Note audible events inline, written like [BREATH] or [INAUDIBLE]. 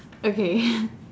okay [BREATH]